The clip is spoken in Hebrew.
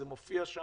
זה מופיע שם,